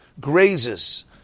grazes